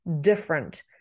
different